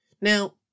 Now